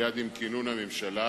מייד עם כינון הממשלה.